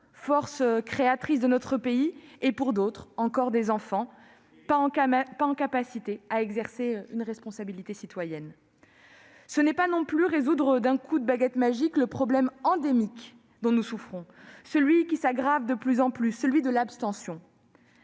force créatrice de notre pays, et, pour d'autres, encore des enfants n'étant pas en capacité d'exercer une responsabilité citoyenne. Ce n'est pas non plus résoudre d'un coup de baguette magique le problème endémique dont nous souffrons, et qui s'aggrave de plus en plus : celui de l'abstention.